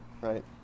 right